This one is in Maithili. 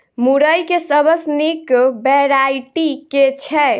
मुरई केँ सबसँ निक वैरायटी केँ छै?